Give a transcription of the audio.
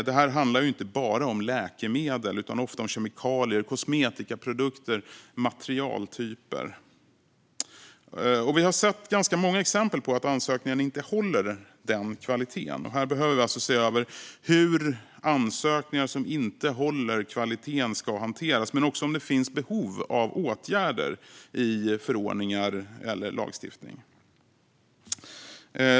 Det här handlar inte bara om läkemedel, utan ofta om kemikalier, kosmetikaprodukter och materialtyper. Vi har sett ganska många exempel på att ansökningarna inte håller den kvaliteten. Vi behöver alltså se över hur ansökningar som inte håller kvaliteten ska hanteras men också om det finns behov av åtgärder gällande förordningar och lagstiftning.